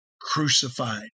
crucified